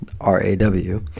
r-a-w